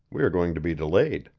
we are going to be delayed.